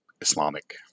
Islamic